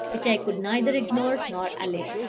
which i could neither ignore nor allay.